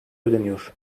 ödeniyor